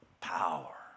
power